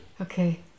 Okay